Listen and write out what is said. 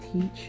teach